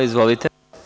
Izvolite.